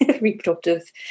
reproductive